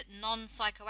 non-psychoactive